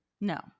No